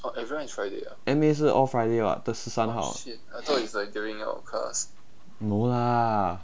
M_A 是 all friday [what] 十三号 no lah